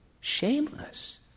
Shameless